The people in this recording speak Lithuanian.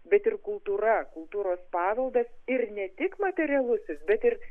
bet ir kultūra kultūros paveldas ir ne tik materialusis bet ir